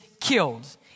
killed